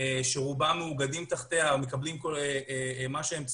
שרובם מאוגדים תחתיה ומקבלים מה שהם צריכים,